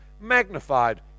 magnified